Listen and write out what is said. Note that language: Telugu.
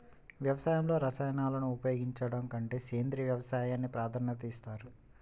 వ్యవసాయంలో రసాయనాలను ఉపయోగించడం కంటే సేంద్రియ వ్యవసాయానికి ప్రాధాన్యత ఇస్తారు